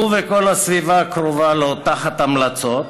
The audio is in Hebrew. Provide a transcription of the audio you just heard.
הוא וכל הסביבה הקרובה לו תחת המלצות,